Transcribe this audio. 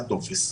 הטופס.